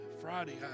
Friday